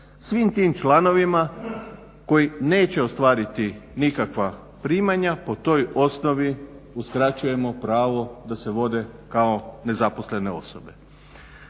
Svim tim članovima koji neće ostvariti nikakva primanja po toj osnovi uskraćujemo pravo da se vode kao nezaposlene osobe.